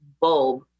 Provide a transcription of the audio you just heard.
bulb